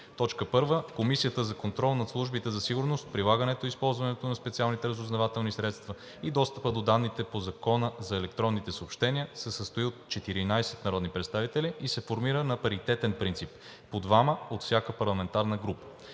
РЕШИ: 1. Комисията за контрол над службите за сигурност, прилагането и използването на специалните разузнавателни средства и достъпа до данните по Закона за електронните съобщения се състои от 14 народни представители и се формира на паритетен принцип – по двама от всяка парламентарна група.